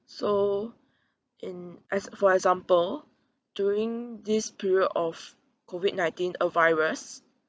so in as for example during this period of COVID nineteen uh virus